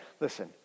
listen